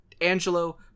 Angelo